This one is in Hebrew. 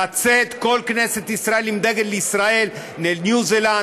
לצאת כל כנסת ישראל עם דגל ישראל לניו-זילנד,